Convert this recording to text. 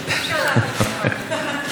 אדוני היושב-ראש,